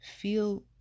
feel